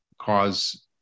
cause